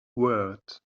words